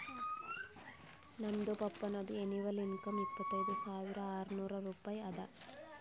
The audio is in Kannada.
ನಮ್ದು ಪಪ್ಪಾನದು ಎನಿವಲ್ ಇನ್ಕಮ್ ಇಪ್ಪತೈದ್ ಸಾವಿರಾ ಆರ್ನೂರ್ ರೂಪಾಯಿ ಅದಾ